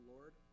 Lord